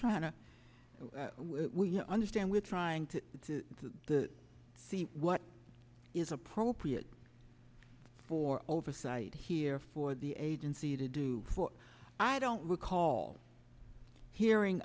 trying to understand we're trying to get to the see what is appropriate for oversight here for the agency to do for i don't recall hearing